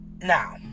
now